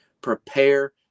Prepare